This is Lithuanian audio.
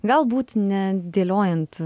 galbūt nedėliojant